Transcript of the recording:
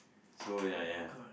so ya ya